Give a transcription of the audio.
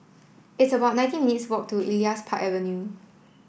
it's about nineteen minutes' walk to Elias Park Avenue